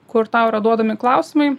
kur tau yra duodami klausimai